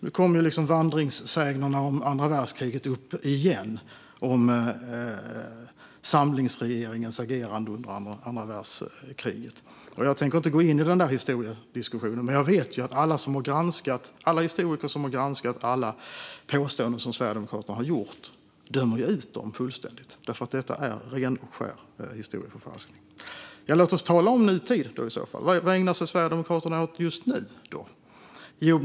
Nu kommer vandringssägnerna om andra världskriget och samlingsregeringens agerande då upp igen. Jag tänker inte gå in i den diskussionen, men jag vet att alla historiker som har granskat de påståenden som Sverigedemokraterna har gjort dömer ut dem fullständigt. Detta är ren och skär historieförfalskning. Låt oss tala om nutiden! Vad ägnar ni i Sverigedemokraterna er åt just nu?